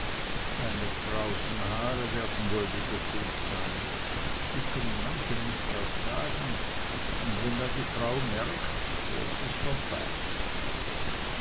deine krausen haare werden wohl wieder schuld sein die können manche nicht vertragen und wenn dann die frau was merkt dann is es vorbei